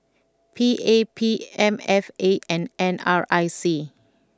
P A P M F A and N R I C